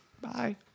Bye